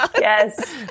Yes